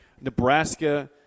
Nebraska